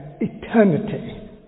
eternity